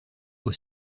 aux